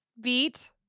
beat